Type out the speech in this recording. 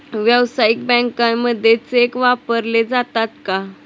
व्यावसायिक बँकांमध्ये चेक वापरले जातात का?